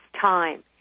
time